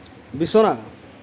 বিছনা